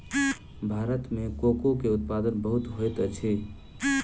भारत में कोको के उत्पादन बहुत होइत अछि